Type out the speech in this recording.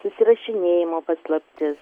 susirašinėjimo paslaptis